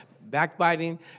backbiting